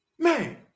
man